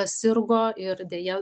sirgo ir deja